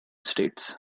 states